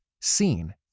seen